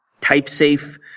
type-safe